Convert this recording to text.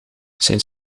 zijn